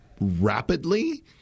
rapidly